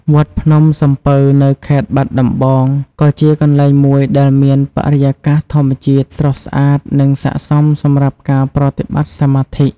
វត្តភ្នំសំពៅ នៅខេត្តបាត់ដំបងក៏ជាកន្លែងមួយដែលមានបរិយាកាសធម្មជាតិស្រស់ស្អាតនិងស័ក្តិសមសម្រាប់ការប្រតិបត្តិសមាធិ។